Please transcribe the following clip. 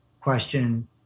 question